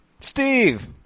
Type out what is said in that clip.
Steve